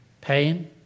pain